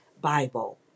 Bible